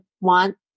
want